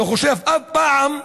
אני חושב שאף פעם,